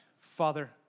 Father